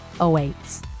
awaits